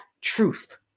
truth